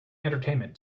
entertainment